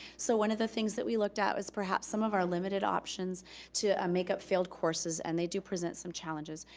so one of the things that we looked at was, perhaps, some of our limited options to um make up failed courses, and they do present some challenges.